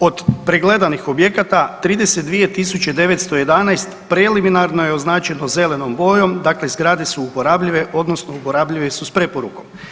Od pregledanih objekata 32 911 preliminarno je označeno zelenom bojom, dakle zgrade su uporabljive, odnosno uporabljive su s preporukom.